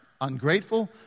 ungrateful